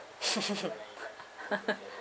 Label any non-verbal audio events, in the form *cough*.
*laughs*